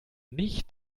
nicht